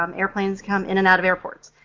um airplanes come in and out of airports,